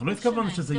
לא התכוונו שזה יהיה מחר.